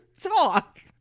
talk